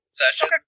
session